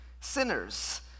sinners